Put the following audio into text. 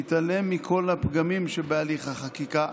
נתעלם מכל הפגמים שבהליך החקיקה.